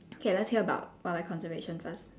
okay let's hear about wildlife conservation first